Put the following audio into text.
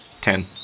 Ten